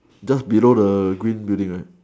just below the green building right